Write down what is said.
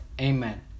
Amen